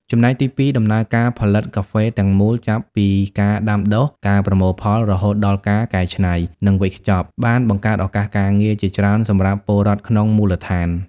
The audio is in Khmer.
ចំណែកទីពីរ ដំណើរការផលិតកាហ្វេទាំងមូល ចាប់ពីការដាំដុះ ការប្រមូលផល រហូតដល់ការកែច្នៃ និងវេចខ្ចប់ បាន បង្កើតឱកាសការងារ ជាច្រើនសម្រាប់ពលរដ្ឋក្នុងមូលដ្ឋាន។